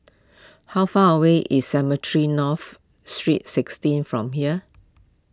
how far away is Cemetry North Street sixteen from here